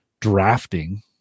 drafting